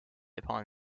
upon